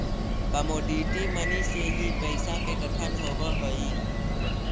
commodity money से ही पैसा के गठन होवऽ हई